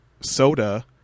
soda